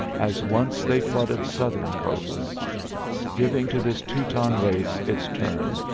as once they flooded southern coasts giving to this teuton race its turn,